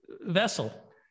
vessel